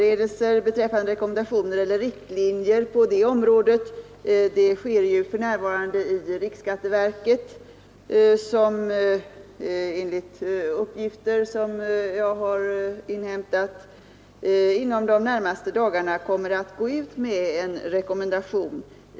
På riksskatteverket håller man nu på med förberedelserna för rekommendationer och riktlinjer på området, och enligt de uppgifter jag inhämtat kommer verket att inom de närmaste dagarna gå ut med sådana rekommendationer.